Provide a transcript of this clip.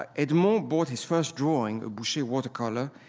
edmond bought his first drawing, a boucher watercolor,